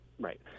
right